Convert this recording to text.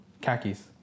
Khakis